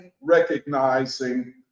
recognizing